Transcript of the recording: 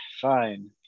Fine